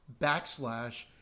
backslash